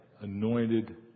anointed